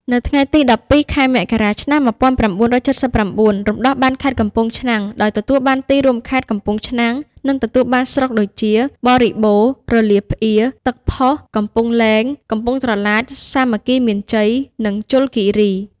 នៅថ្ងៃទី ១២ ខែមករា ឆ្នាំ ១៩៧៩ រំដោះបានខេត្តកំពង់ឆ្នាំង ដោយទទួលបានទីរួមខេត្ត កំពង់ឆ្នាំង និងទទួលបានស្រុកដូចជា បរិបូរណ៍ រលាប្អៀរ ទឹកផុស កំពង់លែង កំពង់ត្រឡាច សាមគ្គីមានជ័យ និងជលគីរី។